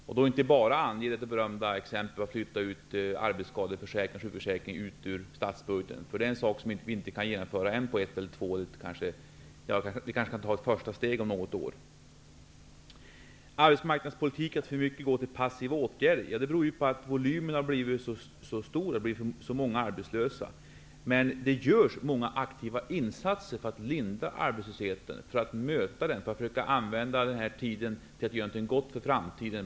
Kom inte bara med det berömda exemplet om att flytta ut arbetsskade och sjukförsäkringen ur statsbudgeten. Det är något som inte kan genomföras nu. Kanske kan ett första steg tas om något år. Arbetsmarknadspolitiken sägs alltför mycket handla om passiva åtgärder. Ja, det beror på den stora volymen. Det har blivit så många arbetslösa. Men det görs faktiskt många aktiva insatser för att lindra arbetslösheten, för att möta denna och för att försöka använda tiden till att göra något som blir bra för framtiden.